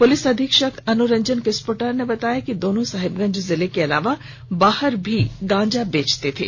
police अधीक्षक अनुरंजन किस्पोट्टा ने बताया कि दोनों साहिबगंज जिले के अलावा बाहर भी गांजा बेचते थे